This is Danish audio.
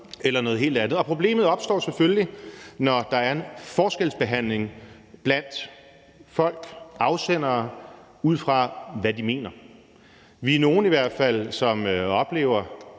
Problemet opstår selvfølgelig, når der er en forskelsbehandling blandt folk, altså afsenderne, ud fra, hvad de mener. Vi er i hvert fald nogle, som oplever